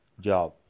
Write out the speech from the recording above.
job